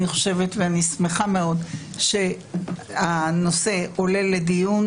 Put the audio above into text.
אני חושבת ואני שמחה מאוד שהנושא עולה לדיון,